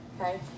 okay